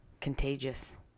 contagious